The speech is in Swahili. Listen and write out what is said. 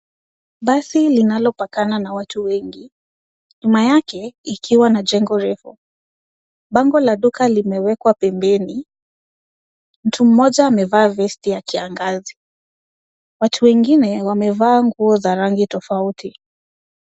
Basi linalopakana na watu wengi, nyuma yake ikiwa na jengo refu. Bango la duka limewekwa pembeni, mtu mmoja amevaa vest ya kiangazi. Watu wengine wamevaa nguo za rangi tofauti.